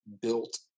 built